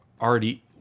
already